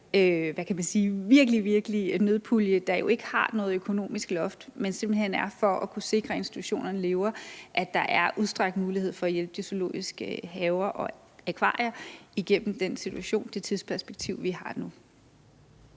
her pulje, som virkelig, virkelig er en nødpulje, og som jo ikke har noget økonomisk loft, men simpelt hen er til for at kunne sikre, at institutionerne lever – er der udstrakt mulighed for at hjælpe de zoologiske haver og akvarier igennem den her situation med det tidsperspektiv, vi har nu.